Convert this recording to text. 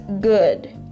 good